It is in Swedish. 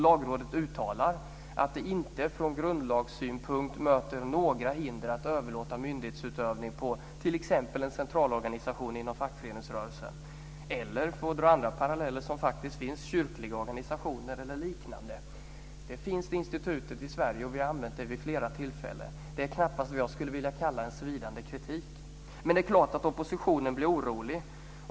Lagrådet uttalar att det inte från grundlagssynpunkt möter några hinder att överlåta myndighetsutövning på t.ex. en centralorganisation inom fackföreningsrörelsen eller på, för att dra andra paralleller, kyrkliga organisationer eller liknande. Det institutet finns i Sverige, och vi har använt det vid flera tillfällen. Det är knappast vad jag skulle vilja kalla en svidande kritik, men det är klart att oppositionen blir orolig.